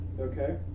Okay